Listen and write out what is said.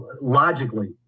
logically